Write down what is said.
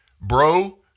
Bro